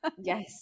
yes